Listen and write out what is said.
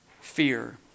Fear